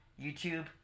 YouTube